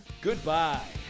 Goodbye